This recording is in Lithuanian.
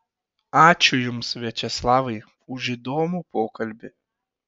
ačiū jums viačeslavai už įdomų pokalbį